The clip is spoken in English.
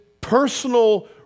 personal